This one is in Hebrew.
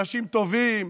אנשים טובים,